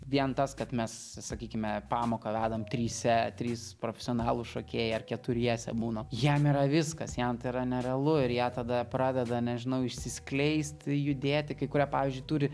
vien tas kad mes sakykime pamoką vedam tryse trys profesionalūs šokėjai ar keturiese būna jam yra viskas jam tai yra nerealu ir jie tada pradeda nežinau išsiskleisti judėti kai kurie pavyzdžiui turi